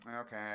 Okay